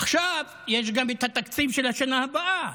עכשיו, יש גם את התקציב של השנה הבאה.